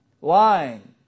lying